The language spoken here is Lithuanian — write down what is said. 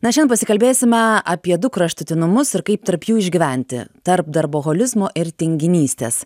na šian pasikalbėsime apie du kraštutinumus ir kaip tarp jų išgyventi tarp darboholizmo ir tinginystės